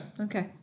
okay